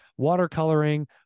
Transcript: watercoloring